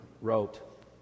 wrote